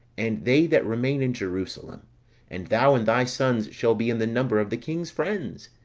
and they that remain in jerusalem and thou, and thy sons shall be in the number of the king's friends,